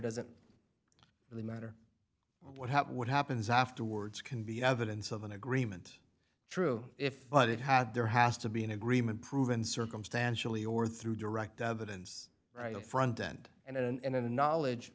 doesn't really matter what happened what happens afterwards can be evidence of an agreement true if but it had there has to be an agreement proven circumstantially or through direct evidence right up front and and and in the knowledge